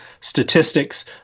statistics